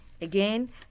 Again